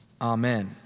Amen